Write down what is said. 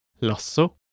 Lasso